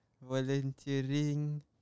volunteering